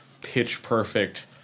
pitch-perfect